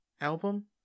album